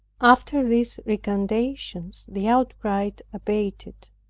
after these recantations the outcry abated,